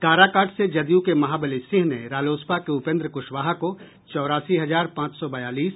काराकाट से जदयू के महाबली सिंह ने रालोसपा के उपेंद्र कुशवाहा को चौरासी हजार पांच सौ बयालीस